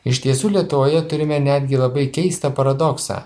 iš tiesų lietuvoje turime netgi labai keistą paradoksą